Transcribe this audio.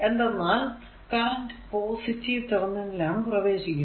എന്തെന്നാൽ current positive terminal ലാണ് പ്രവേശിക്കുന്നത്